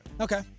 Okay